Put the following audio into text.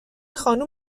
خانم